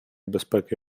безпеки